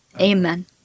Amen